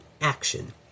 action